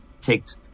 ticked